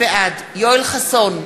בעד יואל חסון,